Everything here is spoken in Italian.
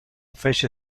fece